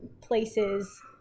places